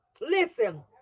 listen